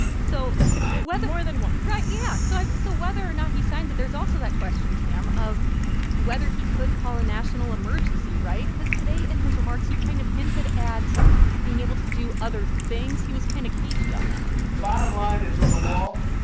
so whether. more than once right. yeah. so so whether or not he signs it, there's also that question, tam, of whether he could call a national emergency, right? because today, in his remarks, he kind of hinted at being able to do other things. he was kind of cagey on that bottom line is, on the wall,